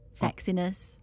sexiness